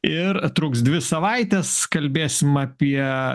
ir truks dvi savaites kalbėsim apie